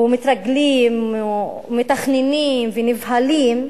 ומתרגלים, ומתכננים, ונבהלים,